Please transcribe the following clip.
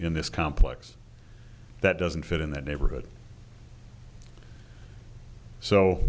in this complex that doesn't fit in that neighborhood so